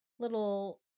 little